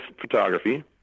photography